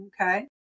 Okay